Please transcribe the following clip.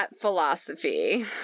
philosophy